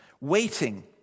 waiting